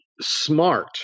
smart